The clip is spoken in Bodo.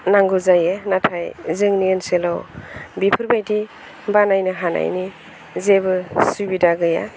नांगौ जायो नाथाय जोंनि ओनसोलाव बेफोरबायदि बानायनो हानायनि जेबो सुबिदा गैया